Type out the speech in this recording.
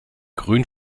grün